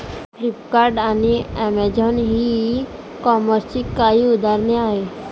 Flipkart आणि Amazon ही e कॉमर्सची काही उदाहरणे आहे